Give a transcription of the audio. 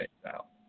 style